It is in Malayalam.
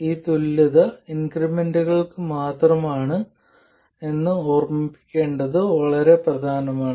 ഈ തുല്യത ഇൻക്രിമെന്റുകൾക്ക് മാത്രമാണെന്ന് ഓർമ്മിക്കേണ്ടത് വളരെ പ്രധാനമാണ്